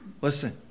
Listen